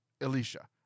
Elisha